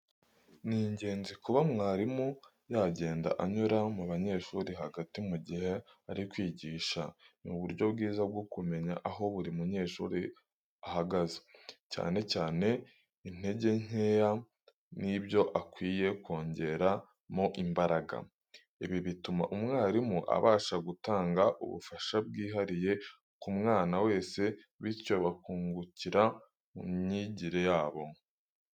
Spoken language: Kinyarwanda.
Ni ingenzi kuba mwarimu yagenda anyura mu banyeshuri hagati mu gihe ari kwigisha ni uburyo bwiza bwo kumenya aho buri munyeshuri ahagaze, cyane cyane intege nkeya n'ibyo akwiye kongeramo imbaraga. Ibi bituma umwarimu abasha gutanga ubufasha bwihariye ku mwana wese, bityo bakungukira mu myigire yabo.